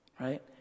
right